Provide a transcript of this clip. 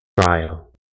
trial